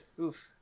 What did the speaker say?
oof